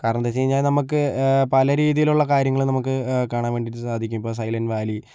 കാരണമെന്താണെന്ന് വെച്ച് കഴിഞ്ഞാൽ നമുക്ക് പല രീതിയിലുള്ള കാര്യങ്ങൾ നമുക്ക് കാണാൻ വേണ്ടിയിട്ട് സാധിക്കും ഇപ്പോൾ സൈലൻറ് വാലി